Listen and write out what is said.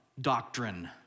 doctrine